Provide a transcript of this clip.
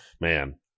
man